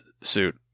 suit